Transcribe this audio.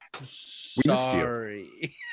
Sorry